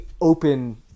open